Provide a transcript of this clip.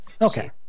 Okay